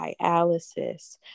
dialysis